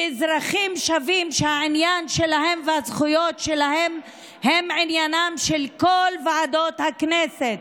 כאזרחים שווים שהעניין שלהם והזכויות שלהם הם עניינן של כל ועדות הכנסת,